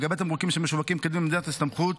לגבי תמרוקים שמשווקים כדין במדינת הסתמכות,